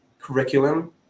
curriculum